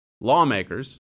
Lawmakers